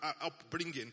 upbringing